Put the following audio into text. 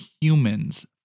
humans